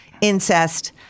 incest